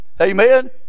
Amen